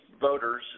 voters